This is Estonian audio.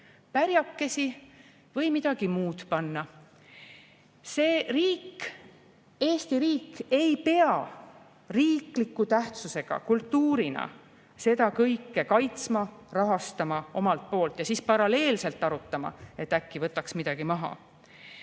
pärjakesi või midagi muud panna. Eesti riik ei pea riikliku tähtsusega kultuurina seda kõike kaitsma, rahastama omalt poolt ja siis paralleelselt arutama, et äkki võtaks midagi maha.